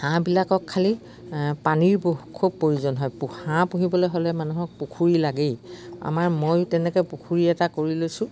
হাঁহবিলাকক খালি পানীৰ ব খুব প্ৰয়োজন হয় হাঁহ পুহিবলে হ'লে মানুহক পুখুৰী লাগেই আমাৰ ময়ো তেনেকে পুখুৰী এটা কৰি লৈছোঁ